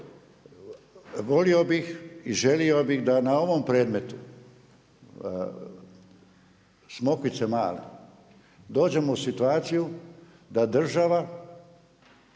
Volio bih i želio bih da na ovom predmetu Smokvice Male dođemo u situaciju da država